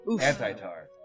Anti-tar